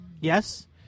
Yes